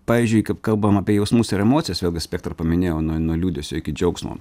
pavyzdžiui kaip kalbam apie jausmus ir emocijas spektrą paminėjau nuo nuo liūdesio iki džiaugsmo